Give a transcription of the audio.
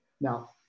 Now